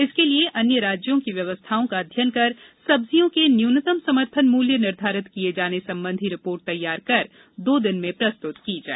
इसके लिए अन्य राज्यों की व्यवस्थाओं का अध्ययन कर सब्जियों के न्यूनतम समर्थन मूल्य निर्धारित किए जाने संबंधी रिपोर्ट तैयार कर दो दिन में प्रस्तुत की जाए